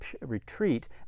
retreat